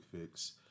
fix